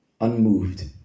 unmoved